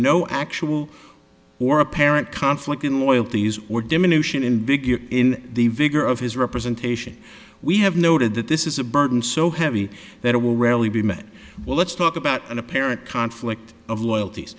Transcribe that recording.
no actual or apparent conflict in loyalties or diminution in big in the vigor of his representation we have noted that this is a burden so heavy that it will rarely be met well let's talk about an apparent conflict of loyalties